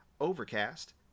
Overcast